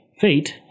fate